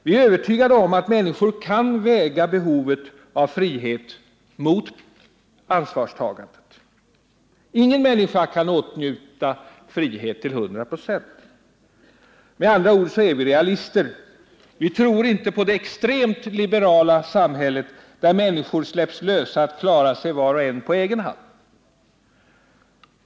Vi är övertygade om att människor kan väga behovet av frihet mot ansvarstagandet. Ingen människa kan åtnjuta frihet till 100 26. Med andra ord är vi realister. Vi tror inte på det extremt liberala samhället, där människor släpps lösa att klara sig var och en på egen hand.